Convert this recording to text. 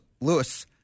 Lewis